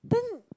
then